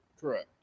Correct